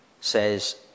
says